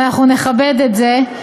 ואנחנו נכבד את זה,